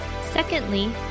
secondly